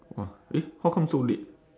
!wah! eh how come so late